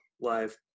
live